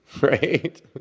Right